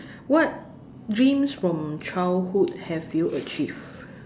what dreams from childhood have you achieved